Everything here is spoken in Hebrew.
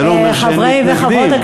זה לא אומר שאין מתנגדים,